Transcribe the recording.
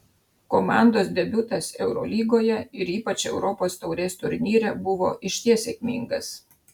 komandos debiutas eurolygoje ir ypač europos taurės turnyre buvo išties sėkmingas